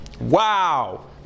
Wow